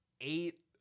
eight